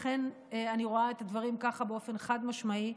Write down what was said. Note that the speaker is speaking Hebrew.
אכן אני רואה את הדברים ככה באופן חד-משמעי,